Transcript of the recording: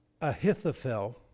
Ahithophel